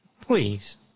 Please